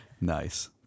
nice